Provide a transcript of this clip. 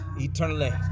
eternally